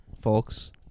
folks